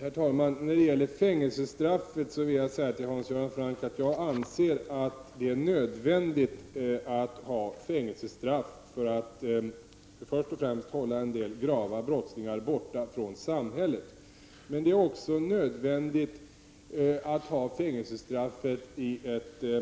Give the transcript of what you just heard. Herr talman! När det gäller fängelsestraffet vill jag säga till Hans Göran Franck att jag anser att det är nödvändigt att ha fängelsestraff — för det första för att hålla en del grova brottslingar borta från samhället och för det andra